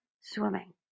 swimming